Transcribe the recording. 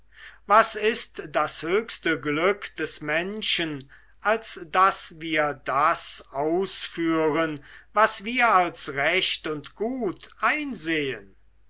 was ist das höchste glück des menschen als daß wir das ausführen was wir als recht und gut einsehen